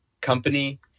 company